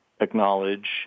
acknowledge